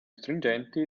stringenti